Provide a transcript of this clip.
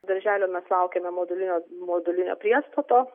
darželio mes laukiame modulinio modulinio priestato